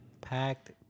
Packed